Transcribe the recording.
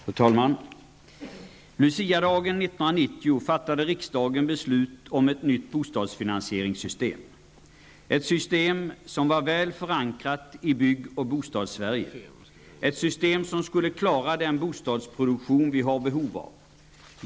Fru talman! Luciadagen 1990 fattade riksdagen beslut om ett nytt bostadsfinansieringssystem, ett system som var väl förankrat i Bygg och Bostadssverige, ett system som skulle klara den bostadsproduktion som vi har behov av.